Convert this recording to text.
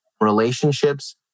relationships